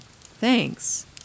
Thanks